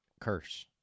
curse